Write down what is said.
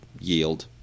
yield